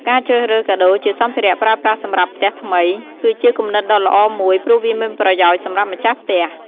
ការជ្រើសរើស កាដូរជាសម្ភារៈប្រើប្រាស់សម្រាប់ផ្ទះថ្មី គឺជាគំនិតដ៏ល្អមួយ ព្រោះវាមានប្រយោជន៍សម្រាប់ម្ចាស់ផ្ទះ។